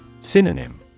Synonym